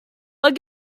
but